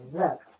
look